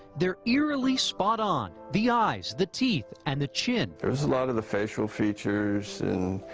they're eerily spot on. the eyes, the teeth, and the chub. there is a lot of the facial features and